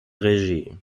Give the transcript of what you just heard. regie